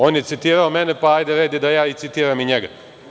On je citirao mene, pa hajde red je da ja i citiram i njega.